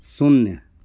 शून्य